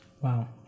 Wow